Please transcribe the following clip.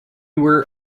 were